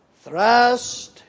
Thrust